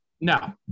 No